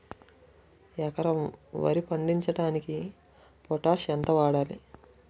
ఎకరం వరి పండించటానికి పొటాష్ ఎంత వాడాలి?